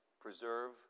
preserve